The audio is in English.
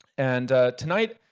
and tonight,